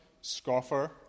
scoffer